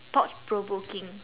thought provoking